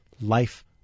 life